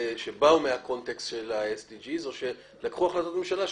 שבאו מהקונטקסט של ה- SDGsאו שקיבלו החלטות ממשלה,